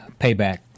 payback